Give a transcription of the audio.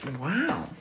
Wow